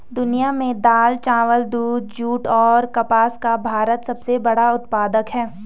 दुनिया में दाल, चावल, दूध, जूट और कपास का भारत सबसे बड़ा उत्पादक है